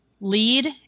lead